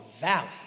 valley